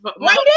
Right